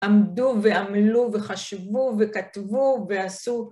עמדו ועמלו וחשבו וכתבו ועשו